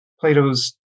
Plato's